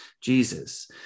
Jesus